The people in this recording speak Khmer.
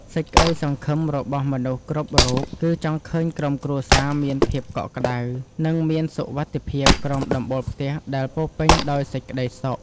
សេចក្ដីសង្ឃឹមរបស់មនុស្សគ្រប់រូបគឺ ចង់ឃើញក្រុមគ្រួសារមានភាពកក់ក្ដៅនិងមានសុវត្ថិភាពក្រោមដំបូលផ្ទះដែលពោរពេញដោយសេចក្ដីសុខ។